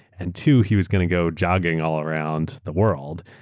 and two he was going to go jogging all around the world.